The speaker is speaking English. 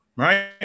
right